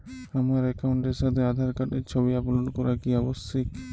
আমার অ্যাকাউন্টের সাথে আধার কার্ডের ছবি আপলোড করা কি আবশ্যিক?